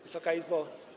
Wysoka Izbo!